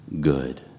good